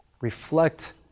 reflect